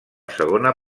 segona